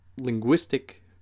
linguistic